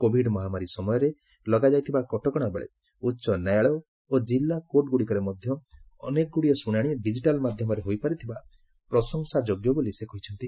Covid ମହାମାରୀ ସମୟରେ ଲଗାଯାଇଥିବା କଟକଣା ବେଳେ ଉଚ୍ଚନ୍ୟାୟାଳୟ ଓ ଜିଲ୍ଲା କୋର୍ଟ ଗୁଡ଼ିକରେ ମଧ୍ୟ ଅନେକଗୁଡ଼ିଏ ଶୁଣାଣି ଡିକିଟାଲ ମାଧ୍ୟମରେ ହୋଇପାରିଥିବା ପ୍ରଶଂସାଯୋଗ୍ୟ ବୋଲି ସେ କହିଛନ୍ତି